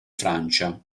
francia